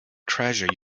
treasure